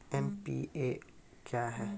NPA क्या हैं?